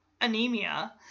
anemia